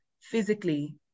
physically